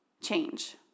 change